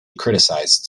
criticized